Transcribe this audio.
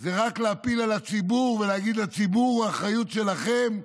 זה רק להפיל על הציבור ולהגיד לציבור: האחריות שלכם,